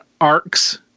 arcs